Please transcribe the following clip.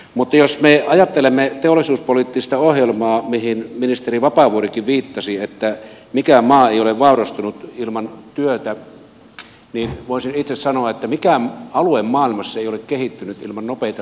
mutta jos me ajattelemme teollisuuspoliittista ohjelmaa ja sitä mihin ministeri vapaavuorikin viittasi että mikään maa ei ole vaurastunut ilman työtä niin voisin itse sanoa että mikään alue maailmassa ei ole kehittynyt ilman nopeita liikenneyhteyksiä